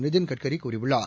நிதின் கட்கரி கூறியுள்ளார்